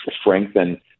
strengthen